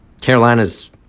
Carolina's